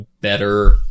better